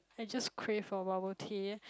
I just crave for bubble tea